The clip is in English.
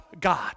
God